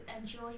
enjoy